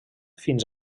fins